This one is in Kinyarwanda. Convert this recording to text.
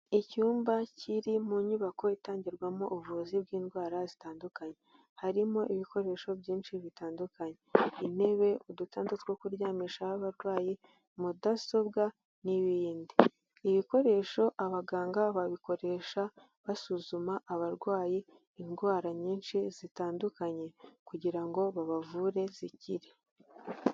Icyumba kiri mu nyubako itangirwamo ubuvuzi bw'indwara zitandukanye, harimo ibikoresho byinshi bitandukanye, intebe udutanda two kuryamishaho abarwayi mudasobwa n'ibindi, ibikoresho abaganga babikoresha basuzuma abarwayi indwara nyinshi zitandukanye kugira ngo babavure zikire.